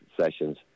sessions